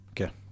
Okay